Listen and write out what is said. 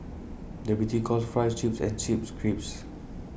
the British calls Fries Chips and Chips Crisps